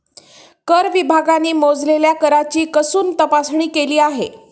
कर विभागाने मोजलेल्या कराची कसून तपासणी केली आहे